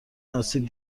آسیب